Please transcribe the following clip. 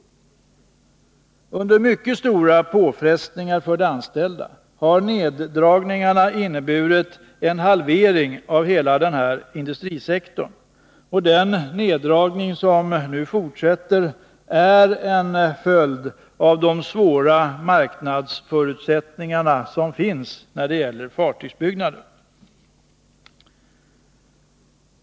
Denna neddragning, som har skett under mycket stora påfrestningar för de anställda, har inneburit en halvering av hela denna industrisektor. Neddragningen fortsätter, som en följd av den svåra marknadssituationen när det gäller fartygsbyggnad.